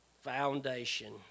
foundation